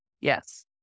Yes